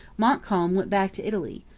montcalm went back to italy,